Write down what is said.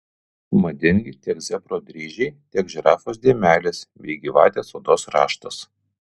madingi tiek zebro dryžiai tiek žirafos dėmelės bei gyvatės odos raštas